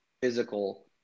physical